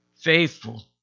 faithful